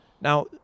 Now